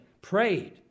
prayed